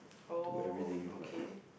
oh okay